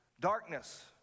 darkness